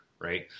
right